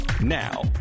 Now